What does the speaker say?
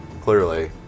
clearly